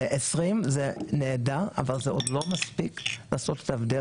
20 זה נהדר אבל זה לא מספיק לעשות את ההבדל